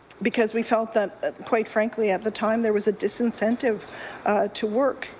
because we felt that quite frankly at the time there was a disincentive to work,